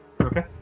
Okay